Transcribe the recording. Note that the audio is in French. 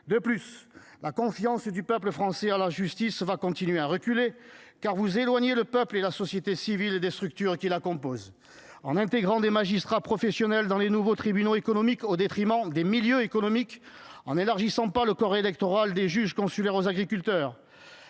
De plus, la confiance du peuple français en la justice va continuer de reculer, car vous éloignez le peuple et la société civile des structures qui la composent, en intégrant des magistrats professionnels dans les nouveaux tribunaux des activités économiques au détriment des milieux économiques et en n'élargissant pas le corps électoral des juges consulaires aux agriculteurs.